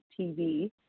TV